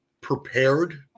prepared